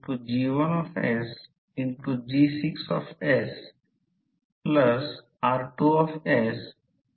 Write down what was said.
तर हे o c प्रत्यक्षात o ते c म्हणजे B r आहे तो प्रत्यक्षात रेसिडूअल फ्लक्स आहे